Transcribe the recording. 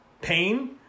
pain